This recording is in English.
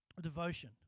devotion